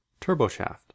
Turboshaft